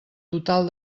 total